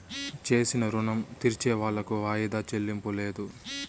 చేసిన రుణం తీర్సేవాళ్లకు వాయిదా చెల్లింపు లేదు